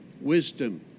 wisdom